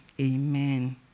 Amen